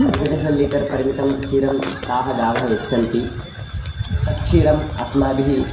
पञ्चदश लीटर् परिमितं क्षीरं ताः गावः यच्छन्ति तत् क्षीरम् अस्माभिः